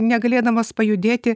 negalėdamas pajudėti